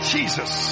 Jesus